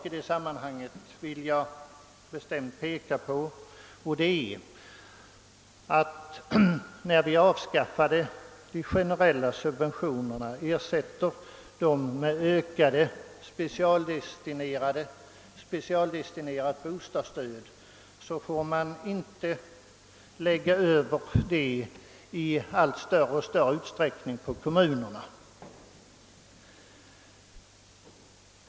I det sammanhanget vill jag påpeka att vi, när vi avskaffar de generella subventionerna och ersätter dem med ökade specialdestinerade bostadsstöd, inte får lägga den uppgiften på kommunerna.